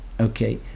okay